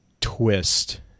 twist